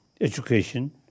education